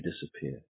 disappear